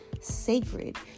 sacred